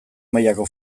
mailako